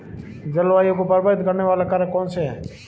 जलवायु को प्रभावित करने वाले कारक कौनसे हैं?